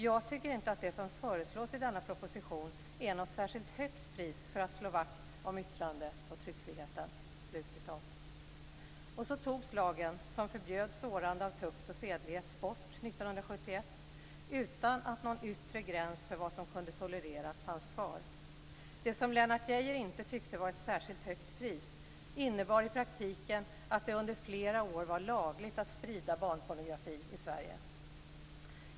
Jag tycker inte att det som föreslås i denna proposition är något särskilt högt pris för att slå vakt om yttrandeoch tryckfriheten." Och så togs lagen som förbjöd sårande av tukt och sedlighet bort 1971 utan att någon yttre gräns för vad som kunde tolereras fanns kvar. Det som Lennart Geijer inte tyckte var "ett särskilt högt pris" innebar i praktiken att de under flera år var lagligt att sprida barnpornografi i Sverige.